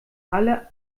alle